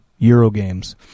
Eurogames